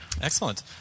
Excellent